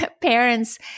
parents